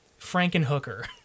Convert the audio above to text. Frankenhooker